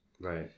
Right